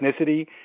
ethnicity